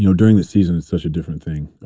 you know during the season, it's such a different thing.